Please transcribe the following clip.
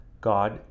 God